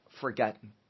forgotten